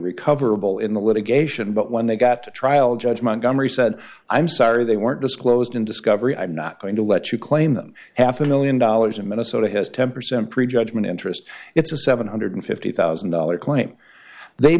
recoverable in the litigation but when they got to trial judge montgomery said i'm sorry they weren't disclosed in discovery i'm not going to let you claim them half a one million dollars and minnesota has ten percent prejudgment interest it's a seven hundred and fifty thousand dollars claim they